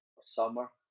Summer